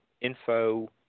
Info